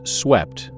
swept